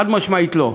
חד-משמעית לא.